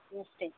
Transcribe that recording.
नमस्ते